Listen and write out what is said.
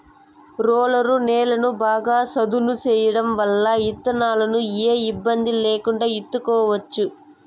roller నేలను బాగా సదును చేయడం వల్ల ఇత్తనాలను ఏ ఇబ్బంది లేకుండా ఇత్తుకోవచ్చు